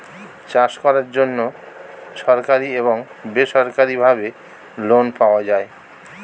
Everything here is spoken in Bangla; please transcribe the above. চাষ করার জন্য সরকারি এবং বেসরকারিভাবে লোন পাওয়া যায়